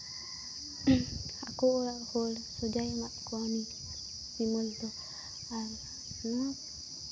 ᱟᱠᱚ ᱚᱲᱟᱜ ᱦᱚᱲ ᱥᱟᱡᱟᱭ ᱮᱢᱟᱜ ᱠᱚᱣᱟ ᱩᱱᱤ ᱥᱤᱢᱚᱞᱫᱚ ᱟᱨ ᱱᱚᱣᱟ